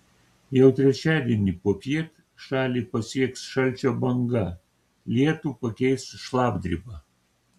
jau trečiadienį popiet šalį pasieks šalčio banga lietų pakeis šlapdriba